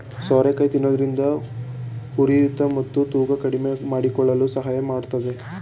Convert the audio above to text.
ಸೋರೆಕಾಯಿ ತಿನ್ನೋದ್ರಿಂದ ಉರಿಯೂತ ಮತ್ತು ತೂಕ ಕಡಿಮೆಮಾಡಿಕೊಳ್ಳಲು ಸಹಾಯ ಮಾಡತ್ತದೆ